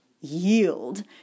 yield